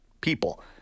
people